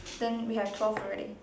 then we have twelve already